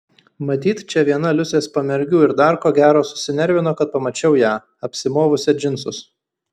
matyt čia viena liusės pamergių ir dar ko gero susinervino kad pamačiau ją apsimovusią džinsus